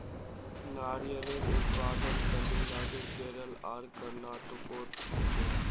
नारियलेर उत्पादन तामिलनाडू केरल आर कर्नाटकोत होछे